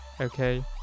Okay